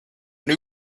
new